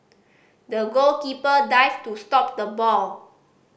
the goalkeeper dived to stop the ball